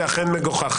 זה אכן מגוחך.